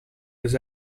his